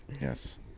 Yes